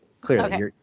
clearly